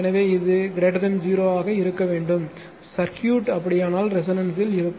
எனவே இது 0 ஆக இருக்க வேண்டும் சர்க்யூட் அப்படியானல் ரெசோனன்ஸ்ல் இருக்கும்